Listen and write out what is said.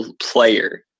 player